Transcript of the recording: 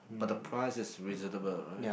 but the price is reasonable right